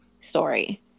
story